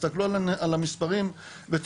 תסתכלו על המספרים, אני לא צריך להמשיך.